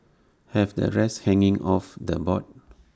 have the rest hanging off the board